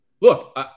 Look